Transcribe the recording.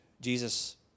Jesus